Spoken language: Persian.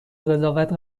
قضاوت